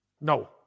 No